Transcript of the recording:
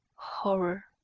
horror!